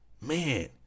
man